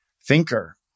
thinker